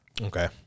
Okay